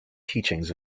teachings